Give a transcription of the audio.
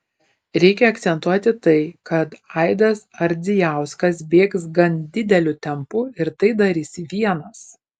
reikia akcentuoti tai kad aidas ardzijauskas bėgs gan dideliu tempu ir tai darys vienas